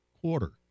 quarter